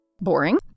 boring